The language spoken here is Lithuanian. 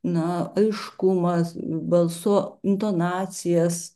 na aiškumas balso intonacijas